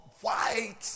white